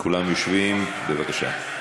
כולם יושבים, בבקשה.